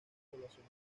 población